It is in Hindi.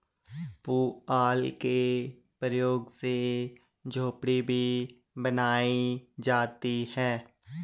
पुआल के प्रयोग से झोपड़ी भी बनाई जाती है